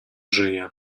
żyje